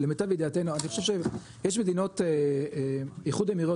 למיטב ידיעתנו אני חושב שיש מדינות איחוד האמירויות